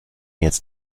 jetzt